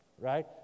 right